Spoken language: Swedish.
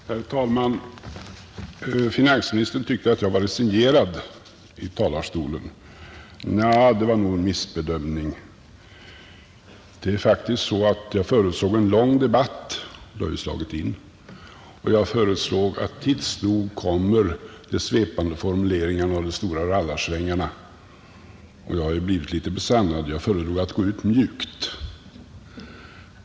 Herr talman! Finansministern tyckte att jag var resignerad i talarstolen, Det var nog en missbedömning. Det är faktiskt så att jag förutsåg en lång debatt — det har ju slagit in. Jag förutsåg också, att tids nog kommer de svepande formuleringarna och de stora rallarsvingarna — och jag har ju blivit besannad. Jag föredrog att gå ut mjukt.